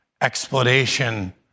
explanation